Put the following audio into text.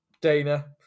Dana